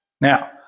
Now